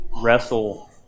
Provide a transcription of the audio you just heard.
wrestle